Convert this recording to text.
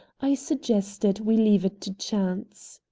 i suggested we leave it to chance.